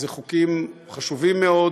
אלה חוקים חשובים מאוד.